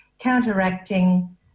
counteracting